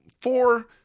four